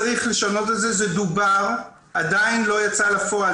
צריך לשנות את זה, זה דובר, עדיין לא יצא לפועל.